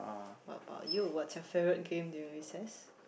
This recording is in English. what about you what's your favourite game during recess